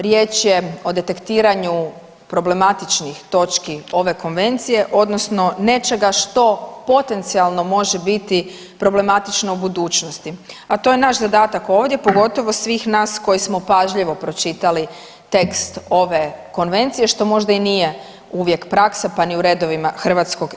Riječ je o detektiranju problematičnih točki ove konvencije odnosno nečega što potencijalno može biti problematično u budućnosti, a to je naš zadatak ovdje, pogotovo svih nas koji smo pažljivo pročitali tekst ove konvencije, što možda i nije uvijek praksa, pa ni u redovima HS.